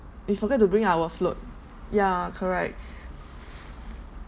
we forget to bring our float ya correct